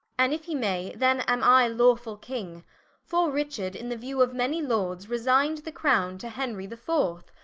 and if he may, then am i lawfull king for richard, in the view of many lords, resign'd the crowne to henry the fourth,